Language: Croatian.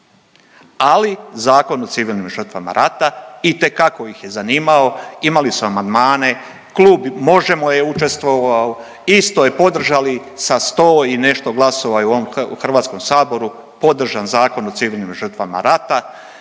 ali Zakon o civilnim žrtvama rata itekako ih je zanimao. Imali su amandmane, klub Možemo je učestvovao, isto je podržali sa 100 i nešto glasova u ovom HS-u podržan Zakon o civilnim žrtvama rata.